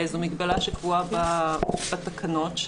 זו מגבלה שקבועה בתקנות,